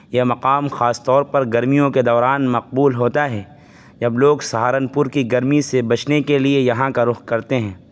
یہ مقام خاص طور پر گرمیوں کے دوران مقبول ہوتا ہے جب لوگ سہارنپور کی گرمی سے بچنے کے لیے یہاں کا رخ کرتے ہیں